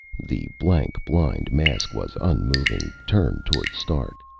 the blank, blind mask was unmoving, turned toward stark,